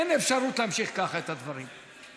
אין אפשרות להמשיך כך את הדברים.